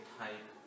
type